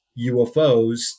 UFOs